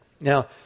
Now